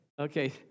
Okay